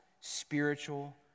Spiritual